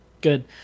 good